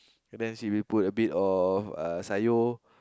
and then she will put a bit of uh sayur